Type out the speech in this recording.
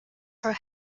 her